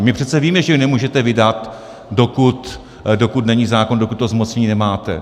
My přece víme, že ji nemůžete vydat, dokud není zákon, dokud to zmocnění nemáte.